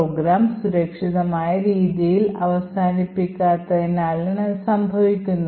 programme സുരക്ഷിതമായ രീതിയിൽ അവസാനിപ്പിക്കാത്തതിനാലാണിത് സംഭവിക്കുന്നത്